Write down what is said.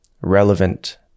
relevant